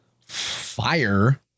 fire